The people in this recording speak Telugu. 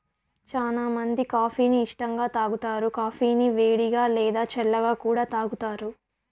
చానా మంది కాఫీ ని ఇష్టంగా తాగుతారు, కాఫీని వేడిగా, లేదా చల్లగా కూడా తాగుతారు